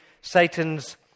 Satan's